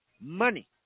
Money